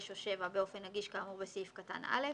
6 או 7 באופן נגיש כאמור בסעיף קטן (א),